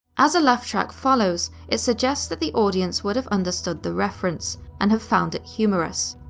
as a laugh track follows, it suggests that the audience would have understood the reference and have found it humorous.